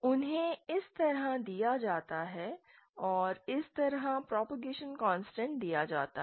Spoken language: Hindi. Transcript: उन्हें इस तरह दिया जाता है और इस तरह प्रॉपगैजेशन कॉन्स्टेंट दिया जाता है